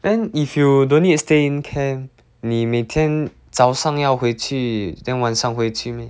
then if you don't need to stay in camp 你每天早上要回去 then 晚上回去 meh